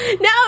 No